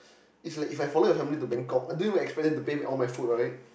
is like if I follow your family to Bangkok I don't even expect them to pay all my food right